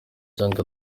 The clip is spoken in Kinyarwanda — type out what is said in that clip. cyangwa